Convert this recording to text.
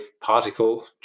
particle